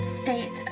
state